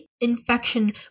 infection